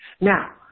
Now